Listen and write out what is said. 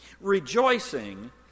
Rejoicing